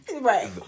Right